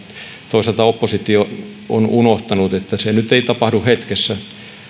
toisaalta oppositio on unohtanut että se nyt ei tapahdu hetkessä